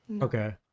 Okay